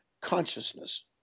consciousness